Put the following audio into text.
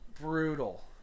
Brutal